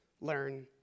learn